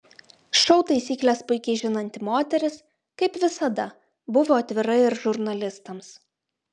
šou taisykles puikiai žinanti moteris kaip visada buvo atvira ir žurnalistams